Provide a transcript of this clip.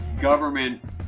government